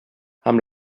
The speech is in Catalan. amb